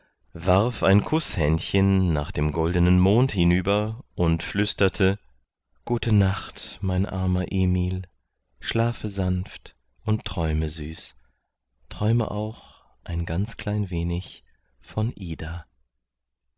warf ein kußhändchen nach dem goldenen mond hinüber und flüsterte gute nacht mein armer emil schlafe sanft und träume süß träume auch ein ganz klein wenig von ida